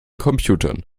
computern